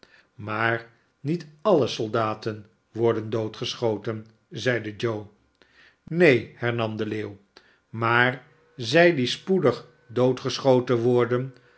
maar niet alle soldaten worden doodgeschoten zeide joe neen hernam de leeuw maar zij die spoedig doodgeschoten worden